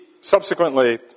subsequently